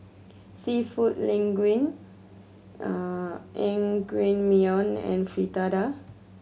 Seafood Linguine Naengmyeon and Fritada